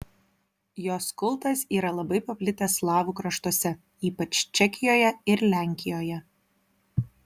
jos kultas yra labai paplitęs slavų kraštuose ypač čekijoje ir lenkijoje